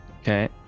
okay